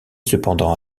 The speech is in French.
cependant